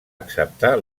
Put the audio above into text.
acceptar